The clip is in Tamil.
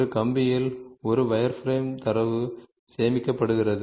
ஒரு கம்பியில் ஒரு வயர்ஃப்ரேம் தரவு சேமிக்கப்படுகிறது